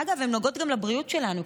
שאגב הן נוגעות גם לבריאות שלנו,